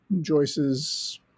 Joyce's